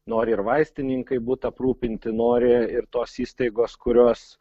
nori ir vaistininkai būt aprūpinti nori ir tos įstaigos kurios